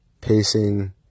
Pacing